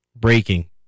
breaking